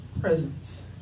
presence